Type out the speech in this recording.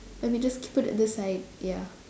let me just keep it at the side ya